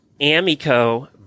Amico